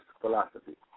philosophy